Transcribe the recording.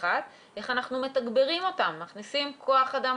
איך אנחנו מתגברים אותם ומכניסים כוח אדם